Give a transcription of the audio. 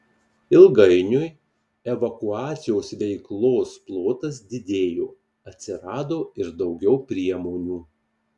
ilgainiui evakuacijos veiklos plotas didėjo atsirado ir daugiau priemonių